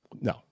No